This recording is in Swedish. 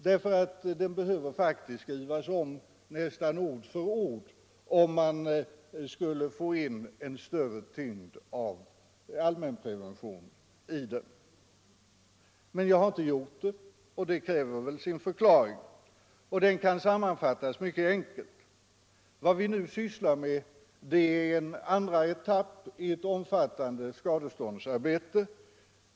Den skulle faktiskt behöva skrivas om, nästan ord för ord, för att man skulle få in ett större mått av allmänprevention i den. Men jag har inte gjort det, och det kräver väl sin förklaring. Den kan sammanfattas mycket enkelt: vad vi nu sysslar med är en andra etapp i ett omfattande skadeståndsarbete.